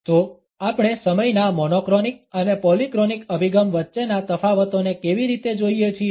તો આપણે સમયના મોનોક્રોનિક અને પોલીક્રોનિક અભિગમ વચ્ચેના તફાવતોને કેવી રીતે જોઈએ છીએ